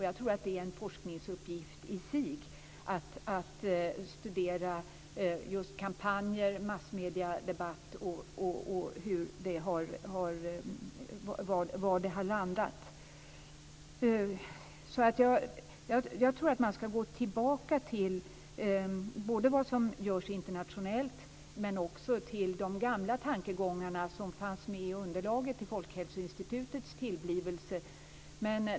Jag tror att det är en forskningsuppgift i sig att studera kampanjer, massmediedebatt och vad det har lett till. Jag tror att man skall titta på det som görs internationellt och även gå tillbaka till de gamla tankegångarna som fanns i underlaget vid Folkhälsoinstitutets tillblivelse.